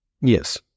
Yes